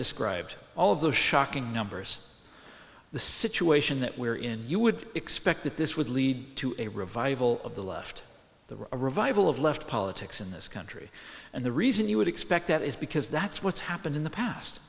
described all of those shocking numbers the situation that we're in you would expect that this would lead to a revival of the left the revival of left politics in this country and the reason you would expect that is because that's what's happened in the past